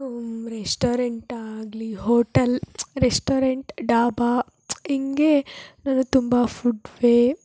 restaurant ಆಗಲಿ hotel restaurant dhaba ಹಿಂಗೇ ನಾನು ತುಂಬ ಫುಡ್ ಫೇ